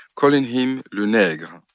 calling him le negre.